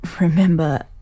remember